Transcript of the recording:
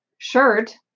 shirt